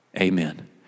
Amen